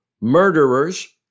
Murderers